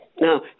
Now